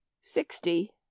sixty